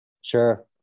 Sure